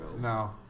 No